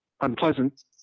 unpleasant